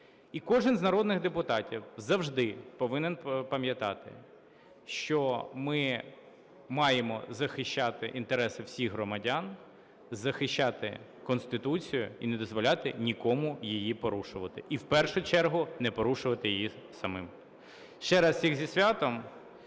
і кожен з народних депутатів завжди повинен пам'ятати, що ми маємо захищати інтереси всіх громадян, захищати Конституцію і не дозволяти нікому її порушувати, і в першу чергу не порушувати її самим. Ще раз всіх зі святом.